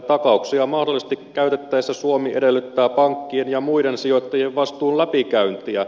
takauksia mahdollisesti käytettäessä suomi edellyttää pankkien ja muiden sijoittajien vastuun läpikäyntiä